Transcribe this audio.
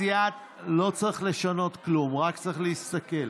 לא צריך לשנות כלום, רק צריך להסתכל.